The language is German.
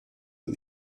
und